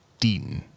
Deaton